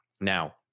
Now